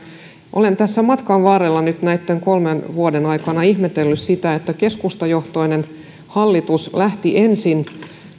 olen tässä matkan varrella nyt näitten kolmen vuoden aikana ihmetellyt sitä että keskustajohtoinen hallitus lähti ensin